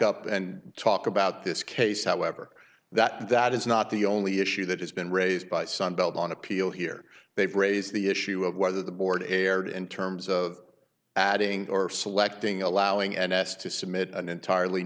up and talk about this case however that that is not the only issue that has been raised by sunbelt on appeal here they've raised the issue of whether the board erred in terms of adding or selecting allowing n s to submit an entirely